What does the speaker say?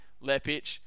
Lepic